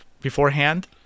beforehand